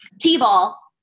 T-ball